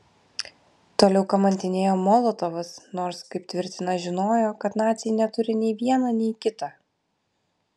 toliau kamantinėjo molotovas nors kaip tvirtina žinojo kad naciai neturi nei viena nei kita